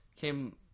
came